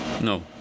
no